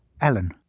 Ellen